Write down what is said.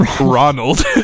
Ronald